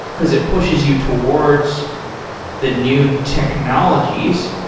because it pushes you towards the new technologies.